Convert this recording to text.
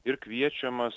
ir kviečiamas